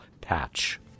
patch